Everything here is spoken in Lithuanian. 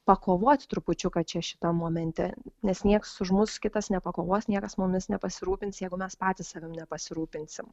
pakovot trupučiuką čia šitam momente nes nieks už mus kitas nepakovos niekas mumis nepasirūpins jeigu mes patys savim nepasirūpinsim